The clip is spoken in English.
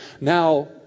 now